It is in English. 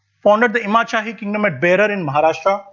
founded the imad shahi kingdom at bidar in maharashtra,